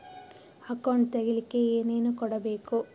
Account ತೆಗಿಲಿಕ್ಕೆ ಏನೇನು ಕೊಡಬೇಕು?